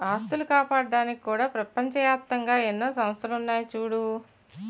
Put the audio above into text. ఆస్తులు కాపాడ్డానికి కూడా ప్రపంచ ఏప్తంగా ఎన్నో సంస్థలున్నాయి చూడూ